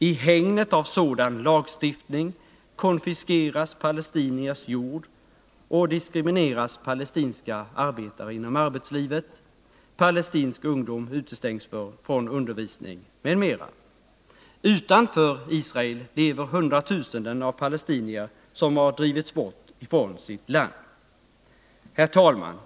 I hägnet av sådan lagstiftning konfiskeras palestiniers jord och diskrimineras palestinska arbetare inom arbetslivet, palestinsk ungdom utestängs från undervisning m.m. Utanför Israel lever hundratusenden av palestinier som har drivits bort ifrån sitt land. Herr talman!